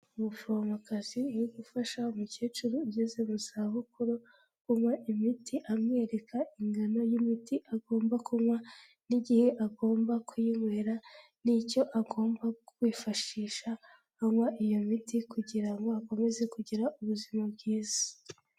Umuforomokazi uri gufasha umukecuru ugeze mu za bukuru kunywa imiti, amwereka ingano y'imiti agomba kunywa n'igihe agomba kuyinywera, n'icyo agomba kwifashisha anywa iyo miti kugira ngo akomeze kugira ubuzima bwiza.